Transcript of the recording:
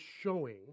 showing